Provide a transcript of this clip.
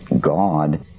God